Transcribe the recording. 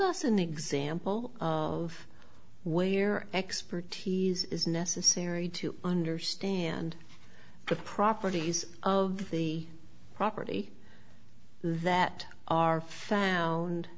us an example of where expertise is necessary to understand the properties of the property that are found